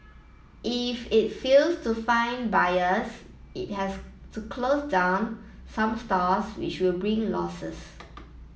if it fails to find buyers it has to close down some stores which will bring losses